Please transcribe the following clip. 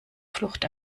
flucht